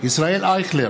ישראל אייכלר,